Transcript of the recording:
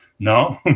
No